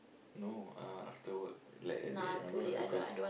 no uh after work like that day remember because